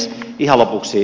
ihan lopuksi